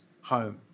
home